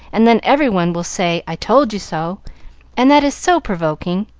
and then every one will say, i told you so and that is so provoking.